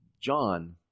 John